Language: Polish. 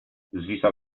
zwisał